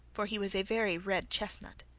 for he was a very red chestnut.